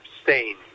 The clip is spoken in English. abstain